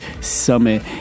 Summit